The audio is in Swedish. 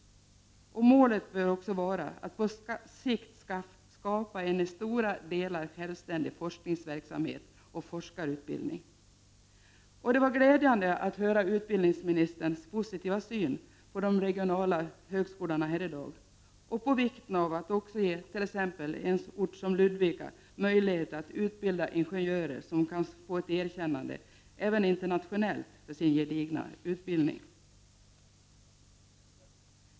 Målet måste vara att på sikt skapa en i stora delar självständig forskningsverksamhet och forskarutbildning. Det var glädjande att höra utbildningsministerns positiva syn på de regionala högskolorna, där han betonade vikten av att man ger t.ex. en ort som Ludvika möjligheter att utbilda ingenjörer som kan få ett erkännande även internationellt för sin gedigna utbildning.